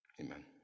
Amen